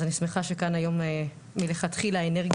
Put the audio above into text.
אז אני שמחה שכאן היום למכתחילה אנרגיה